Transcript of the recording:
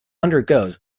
undergoes